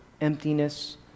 emptiness